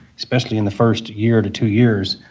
especially in the first year to two years,